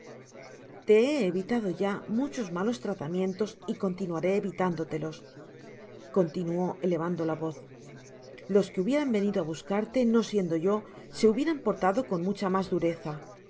te he evitado ya muchos malos tratamientos y continuaré evitándotelos continuó elevando la voz los que hubieran venido á buscarte no siendo yo se hubieran portado con mucha mas dureza he